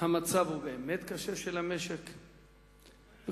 המצב של המשק באמת קשה,